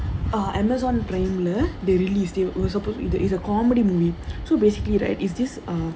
uh Amazon Prime they release they also p~ it's a comedy movie so basically right is this uh